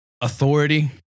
authority